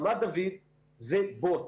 רמת דוד זה בוץ.